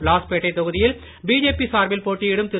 லாஸ்பேட்டை தொகுதியில் பிஜேபி சார்பில் போட்டியிடும் திரு